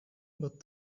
but